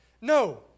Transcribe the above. No